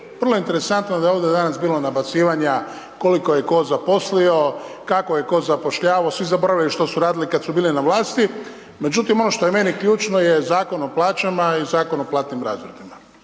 vrlo je interesantno da je ovdje danas bilo nabacivanja koliko je ko zaposlio, kako je ko zapošljavao, svi su zaboravili što su radili kad su bili na vlasti, međutim ono što je meni ključno je Zakon o plaćama i Zakon o platnim razredima.